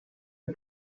the